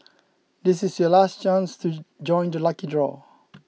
this is your last chance to join the lucky draw